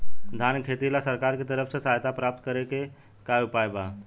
धान के खेती ला सरकार के तरफ से सहायता प्राप्त करें के का उपाय बा?